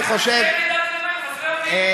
אני חושב, גם נפגעי רעידת אדמה הם חסרי אונים.